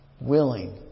willing